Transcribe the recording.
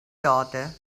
daughter